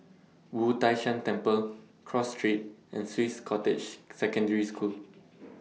Wu Tai Shan Temple Cross Street and Swiss Cottage Secondary School